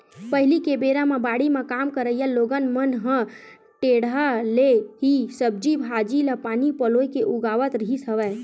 पहिली के बेरा म बाड़ी म काम करइया लोगन मन ह टेंड़ा ले ही सब्जी भांजी ल पानी पलोय के उगावत रिहिस हवय